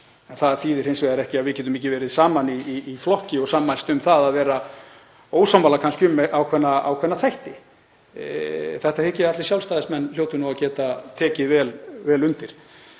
Það þýðir hins vegar ekki að við getum ekki verið saman í flokki og sammælst um að vera ósammála um ákveðna þætti. Þetta hygg ég að allir Sjálfstæðismenn hljóti að geta tekið vel undir.